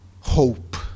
Hope